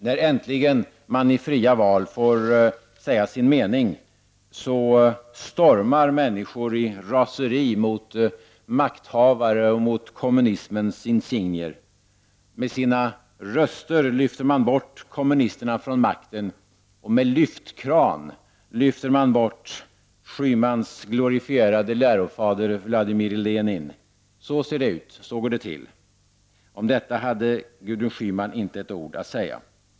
När man äntligen i fria val får säga sin mening stormar människor i raseri mot makthavare och mot kommunismens insignier. Med sina röster lyfter man bort kommunisterna från makten, och med lyftkran lyfter man bort Schymans glorifierade lärofader Vladimir Lenin. Så ser det ut. Så går det till. Om detta hade Gudrun Schyman inte ett ord att säga.